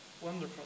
wonderful